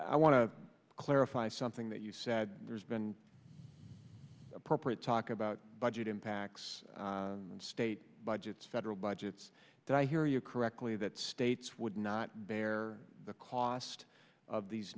i want to clarify something that you said there's been appropriate talk about budget impacts and state budgets federal budgets that i hear you correctly that states would not bear the cost of these